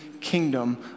kingdom